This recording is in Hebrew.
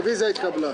הרוויזיה התקבלה.